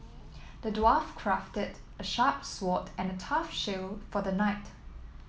the dwarf crafted a sharp sword and a tough shield for the knight